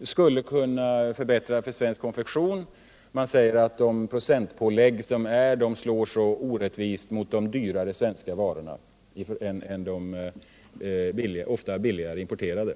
skulle kunna förbättra läget för svensk konfektion. Man säger att de procentpålägg som görs slår så orättvist mot de dyrare svenska varorna i förhållande till de ofta billigare importerade.